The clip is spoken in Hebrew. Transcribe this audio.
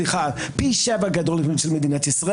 פי שבע גדול ממדינת ישראל,